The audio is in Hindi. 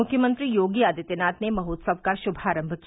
मुख्यमंत्री योगी आदित्यनाथ ने महोत्सव का शुभारम्म किया